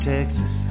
Texas